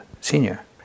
senior